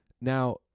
Now